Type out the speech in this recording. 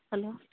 hello